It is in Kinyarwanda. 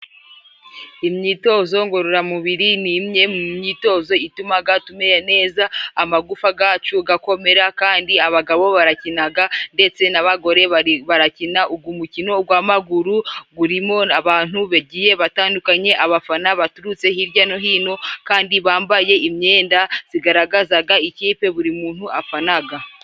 Imyitozo ngororamubiri， ni imwe mu myitozo itumaga tumere neza， amagufa gacu gakomera， kandi abagabo barakinaga ndetse n'abagore barakina ugo mukino gw’amaguru gurimo abantu bagiye batandukanye，abafana baturutse hirya no hino， kandi bambaye imyenda zigaragazaga ikipe buri muntu afanaga.